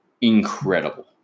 incredible